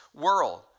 world